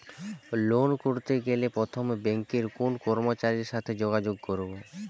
Loan করতে গেলে প্রথমে ব্যাঙ্কের কোন কর্মচারীর সাথে যোগাযোগ করব?